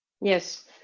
Yes